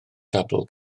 tabl